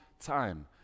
time